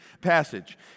passage